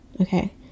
Okay